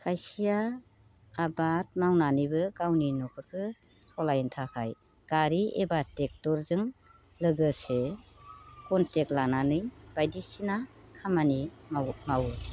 खायसेया आबाद मावनानैबो गावनि न'खरखो सलायनो थाखाय गारि एबा ट्रेक्टरजों लोगोसे कनटेक्ट लानानै बायदिसिना खामानि मावो